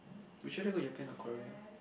would you rather go Japan or Korea